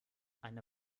eine